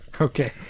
Okay